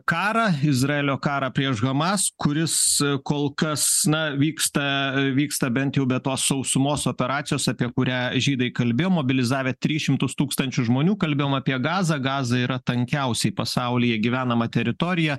karą izraelio karą prieš hamas kuris kol kas na vyksta vyksta bent jau be tos sausumos operacijos apie kurią žydai kalbėjo mobilizavę tris šimtus tūkstančių žmonių kalbėjom apie gazą gaza yra tankiausiai pasaulyje gyvenama teritorija